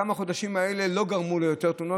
הכמה-חודשים הללו לא גרמו ליותר תאונות,